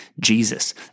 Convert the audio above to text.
Jesus